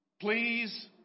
Please